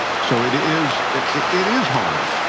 so it is it is hard.